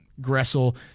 Gressel